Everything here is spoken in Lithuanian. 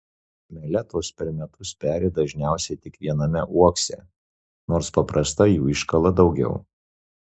meletos per metus peri dažniausiai tik viename uokse nors paprastai jų iškala daugiau